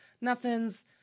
Nothing's